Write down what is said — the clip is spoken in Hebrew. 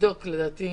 לדעתי